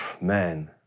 Man